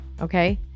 okay